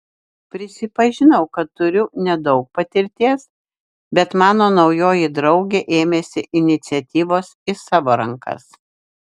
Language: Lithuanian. prisipažinau kad turiu nedaug patirties bet mano naujoji draugė ėmėsi iniciatyvos į savo rankas